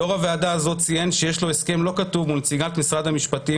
יו"ר הוועדה הזאת ציין שיש לו הסכם לא כתוב מול נציגת משרד המשפטים,